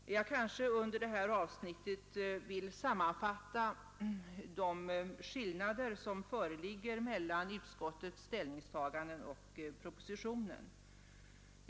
Slutligen vill jag under det här avsnittet sammanfatta de skillnader som föreligger mellan utskottets ställningstaganden och propositionen.